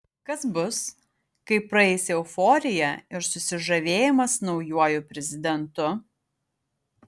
kas bus kai praeis euforija ir susižavėjimas naujuoju prezidentu